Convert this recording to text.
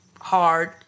hard